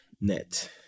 net